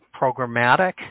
programmatic